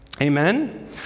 Amen